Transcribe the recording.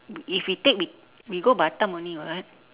if we take we we go batam only [what]